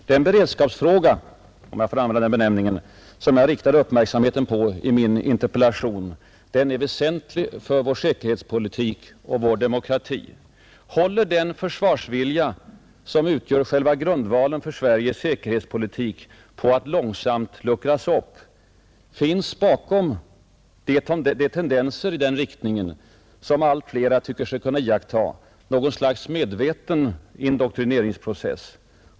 Den beredskapsfråga — om jag får använda den benämningen — som jag riktade uppmärksamheten på i min interpellation är väsentlig för vår säkerhetspolitik och vår demokrati. Håller den försvarsvilja som utgör själva grundvalen för Sveriges säkerhetspolitik på att långsamt luckras upp? Finns bakom de tendenser i den riktningen som allt fler tycker sig kunna iaktta något slags medveten indoktrineringsprocess?